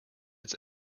its